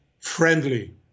friendly